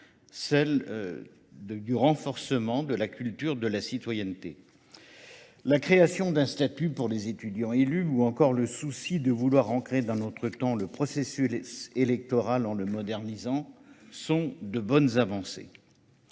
celle du renforcement de la culture de la citoyenneté. La création d'un statut pour les étudiants élus, ou encore le souci de vouloir ancrer dans notre temps le processus électoral en le modernisant, sont de bonnes avancées.